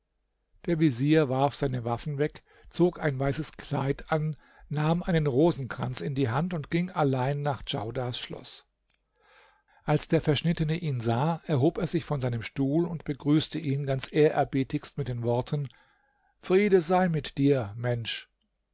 der vezier warf seine waffen weg zog ein weißes kleid an nahm einen rosenkranz in die hand und ging allein nach djaudars schloß als der verschnittene ihn sah erhob er sich von seinem stuhl und begrüßte ihn ganz ehrerbietigst mit den worten friede sei mit dir mensch